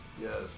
yes